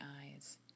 eyes